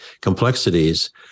complexities